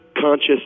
conscious